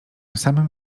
samym